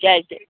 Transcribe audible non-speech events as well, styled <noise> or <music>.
<unintelligible>